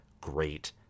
great